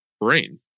brain